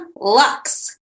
Lux